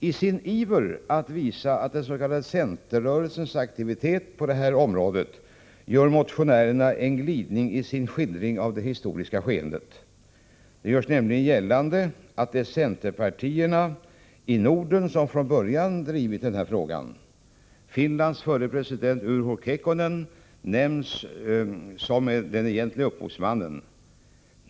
I sin iver att visa den s.k. centerrörelsens aktivitet på detta område gör motionärerna en glidning i sin skildring av det historiska skeendet. Det görs nämligen gällande att det är centerpartierna i Norden som från början drivit den här frågan. Finlands förre president Urho Kekkonen nämns som den egentlige upphovsmannen.